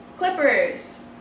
Clippers